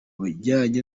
bijyanye